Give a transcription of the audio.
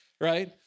right